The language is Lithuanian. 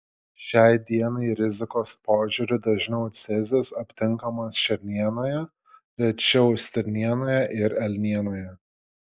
šiai dienai rizikos požiūriu dažniau cezis aptinkamas šernienoje rečiau stirnienoje ir elnienoje